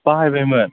बाहायबायमोन